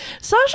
Sasha